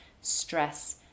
stress